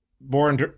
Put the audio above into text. Born